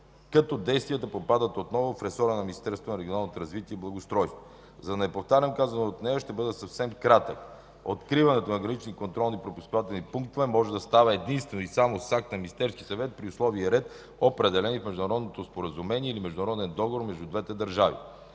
като действията попадат отново в ресора на Министерството на регионалното развитие и благоустройството. За да не повтарям казаното от нея, ще бъда съвсем кратък. Откриването на гранично контролно-пропускателни пунктове може да става единствено и само с акт на Министерския съвет по условия и ред, определени в международно споразумение или международен договор между двете държави.